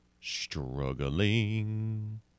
Struggling